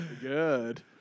Good